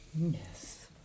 Yes